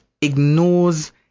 ignores